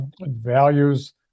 values